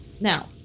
now